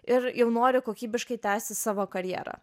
ir jau nori kokybiškai tęsti savo karjerą